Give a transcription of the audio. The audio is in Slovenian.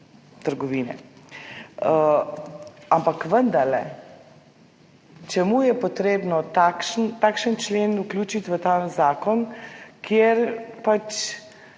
trgovine. Ampak vendarle, čemu je potrebno takšen člen vključiti v ta zakon, kjer bo